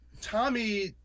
Tommy